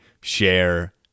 share